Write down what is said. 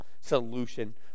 solution